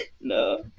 No